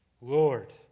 Lord